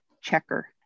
Checker